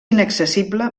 inaccessible